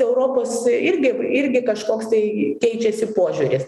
europos irgi irgi kažkoks tai keičiasi požiūris